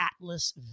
Atlas